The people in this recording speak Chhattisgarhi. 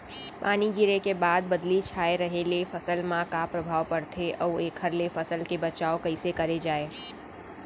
पानी गिरे के बाद बदली छाये रहे ले फसल मा का प्रभाव पड़थे अऊ एखर ले फसल के बचाव कइसे करे जाये?